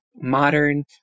modern